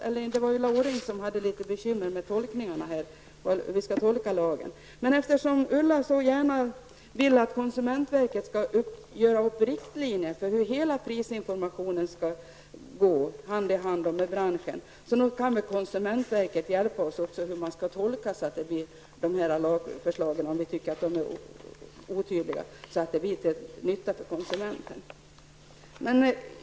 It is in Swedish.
Eftersom Ulla Orring så gärna vill att konsumentverket skall göra upp riktlinjer för hur hela prisinformationen skall gå till, hand i hand med branschen, bör hon väl vara med på att vi ber konsumentverket hjälpa oss med tolkningen av lagförslagen om vi tycker de är otydliga, så att det blir till nytta för konsumenten.